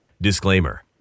disclaimer